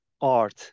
art